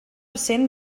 cent